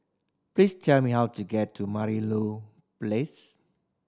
please tell me how to get to Merlimau Place